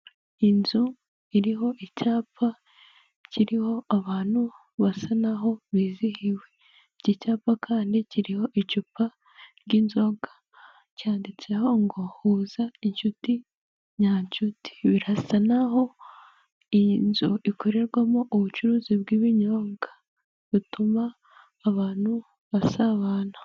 Inzu iriho icyapa kiriho abantu basa naho bizihiwe, iki cyapa kandi kiriho icupa ry'inzoga cyanditseho ngo huza inshuti nyanshuti, birasa n'aho iyi nzu ikorerwamo ubucuruzi bw'ibinyobwa bituma abantu basabana.